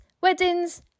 weddings